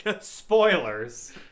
Spoilers